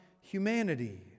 humanity